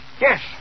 Yes